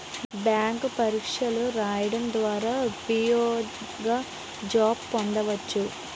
bank పరీక్షలు రాయడం ద్వారా పిఓ గా జాబ్ పొందవచ్చు